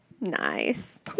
Nice